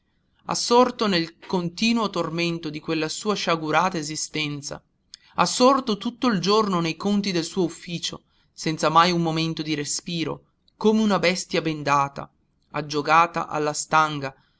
assorto nel continuo tormento di quella sua sciagurata esistenza assorto tutto il giorno nei conti del suo ufficio senza mai un momento di respiro come una bestia bendata aggiogata alla stanga